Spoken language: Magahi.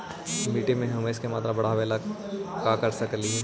मिट्टी में ह्यूमस के मात्रा बढ़ावे ला का कर सकली हे?